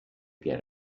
get